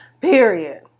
Period